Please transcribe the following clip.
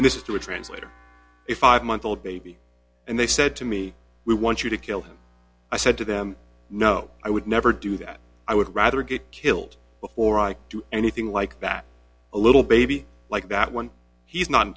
to a translator a five month old baby and they said to me we want you to kill him i said to them no i would never do that i would rather get killed before i could do anything like that a little baby like that one he's not